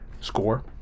score